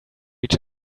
each